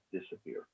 disappear